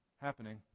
happening